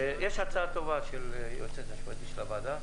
יש הצעה טובה של היועצת המשפטית של הוועדה.